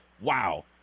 Wow